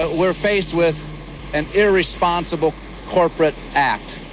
we're faced with an irresponsible corporate act.